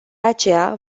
aceea